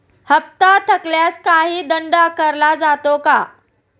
हप्ता थकल्यास काही दंड आकारला जातो का?